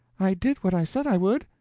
i did what i said i would.